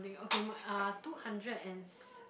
okay ah two hundreds and